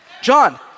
John